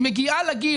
היא מגיעה לגיל,